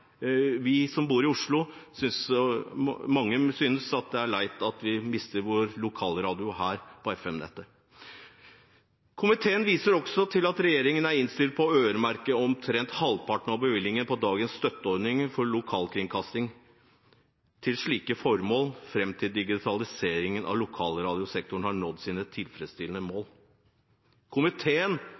oss som bor i Oslo, synes det er leit at vi mister vår lokalradio her, på FM-nettet. Komiteen viser også til at regjeringen er innstilt på å øremerke omtrent halvparten av bevilgningen til dagens støtteordning for lokalkringkasting til slike formål fram til digitaliseringen av lokalradiosektoren har nådd et tilfredsstillende nivå. Komiteen